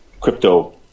crypto